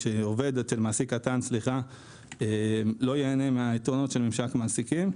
שעובד אצל מעסיק קטן לא ייהנה מהיתרונות של ממשק מעסיקים.